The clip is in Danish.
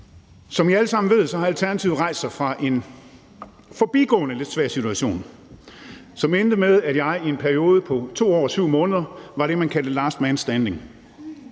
Som I alle sammen ved, har Alternativet rejst sig fra en forbigående lidt svær situation, som endte med, at jeg i en periode på 2 år og 7 måneder var det, man kaldte for last man standing.